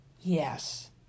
Yes